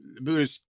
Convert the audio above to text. Buddhist